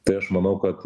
tai aš manau kad